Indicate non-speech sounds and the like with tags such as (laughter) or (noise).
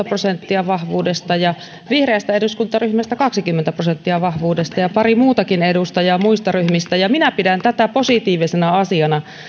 (unintelligible) prosenttia vahvuudesta ja vihreästä eduskuntaryhmästä kaksikymmentä prosenttia vahvuudesta ja on pari muutakin edustajaa muista ryhmistä minä pidän tätä positiivisena asiana